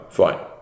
fine